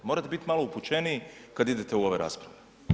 Morate biti malo upućeniji kad idete u ove rasprave.